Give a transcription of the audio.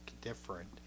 different